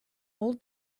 old